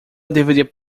deveria